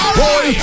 boy